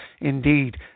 Indeed